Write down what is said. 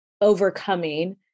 overcoming